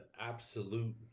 absolute